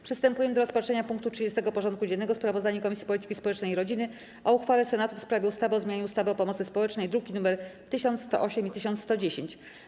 Przystępujemy do rozpatrzenia punktu 30. porządku dziennego: Sprawozdanie Komisji Polityki Społecznej i Rodziny o uchwale Senatu w sprawie ustawy o zmianie ustawy o pomocy społecznej (druki nr 1108 i 1110)